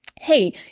hey